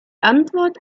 antwort